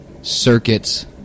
Circuits